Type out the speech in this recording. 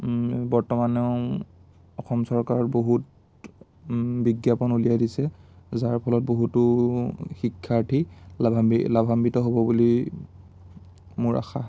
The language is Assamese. বৰ্তমানেও অসম চৰকাৰত বহুত বিজ্ঞাপন উলিয়াই দিছে যাৰ ফলত বহুতো শিক্ষাৰ্থী লাভাৱান্ৱি লাভাৱান্ৱিত হ'ব বুলি মোৰ আশা